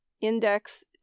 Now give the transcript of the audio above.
index